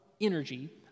energy